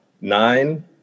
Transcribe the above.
Nine